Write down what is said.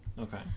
okay